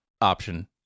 option